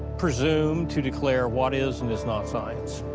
presume to declare what is and is not science.